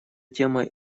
темой